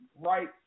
right